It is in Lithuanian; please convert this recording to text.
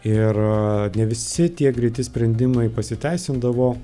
ir ne visi tie greiti sprendimai pasiteisindavo